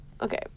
Okay